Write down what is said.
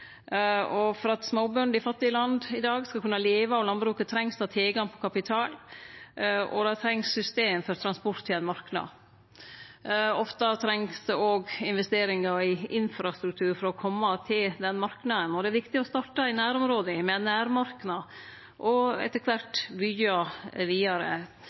For at småbønder i fattige land i dag skal kunne leve av landbruket, trengst det tilgang på kapital, og det trengst system for transport til ein marknad. Ofte trengst det òg investeringar i infrastruktur for å kome til den marknaden. Det er òg viktig å starte i nærområda, med nærmarknaden, og etter kvart byggje vidare.